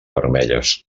vermelles